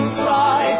fly